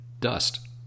dust